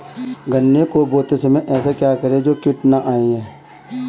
गन्ने को बोते समय ऐसा क्या करें जो कीट न आयें?